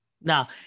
Now